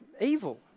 evil